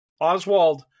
Oswald